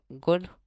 good